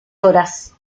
horas